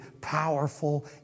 powerful